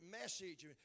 message